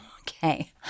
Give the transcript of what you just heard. okay